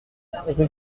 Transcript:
rue